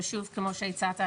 ושוב כמו שהצעת,